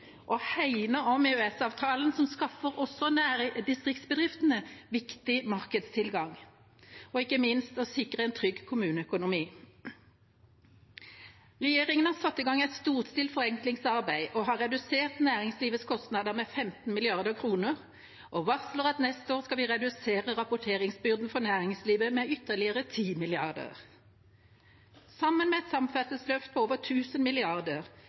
hegne om EØS-avtalen, som skaffer også distriktsbedriftene viktig markedstilgang, og ikke minst av å sikre en trygg kommuneøkonomi. Regjeringa har satt i gang et storstilt forenklingsarbeid og har redusert næringslivets kostnader med 15 mrd. kr. Den varsler at neste år skal vi redusere rapporteringsbyrden for næringslivet med ytterligere 10 mrd. kr. Sammen med et samferdselsløft på over